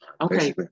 Okay